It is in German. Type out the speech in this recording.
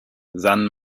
san